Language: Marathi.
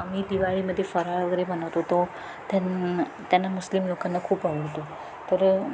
आम्ही दिवाळीमध्ये फराळ वगैरे बनवत होतो त्यां त्यांना मुस्लिम लोकांना खूप आवडतो तर